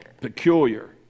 Peculiar